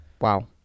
Wow